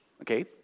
okay